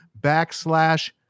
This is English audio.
Backslash